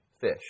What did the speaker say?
fish